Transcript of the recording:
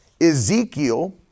Ezekiel